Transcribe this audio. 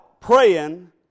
praying